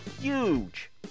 huge